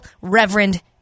Reverend